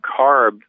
carb